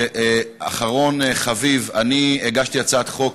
ואחרון חביב, אני הגשתי הצעת חוק,